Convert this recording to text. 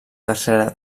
tercera